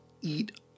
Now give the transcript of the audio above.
eat